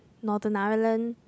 Northern Ireland